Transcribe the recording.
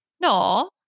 no